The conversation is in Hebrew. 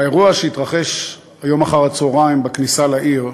האירוע שהתרחש היום אחר-הצהריים בכניסה לעיר,